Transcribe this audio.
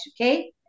Okay